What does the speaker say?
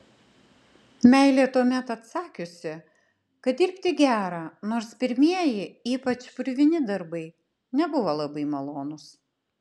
meilė tuomet atsakiusi kad dirbti gera nors pirmieji ypač purvini darbai nebuvo labai malonūs